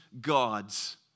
God's